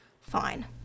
Fine